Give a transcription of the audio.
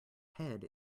head